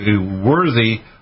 worthy